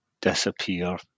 disappear